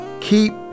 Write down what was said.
keep